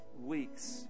weeks